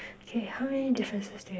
okay how many differences do you have